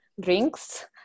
drinks